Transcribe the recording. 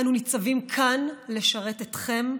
אנו ניצבים כאן לשרת אתכם,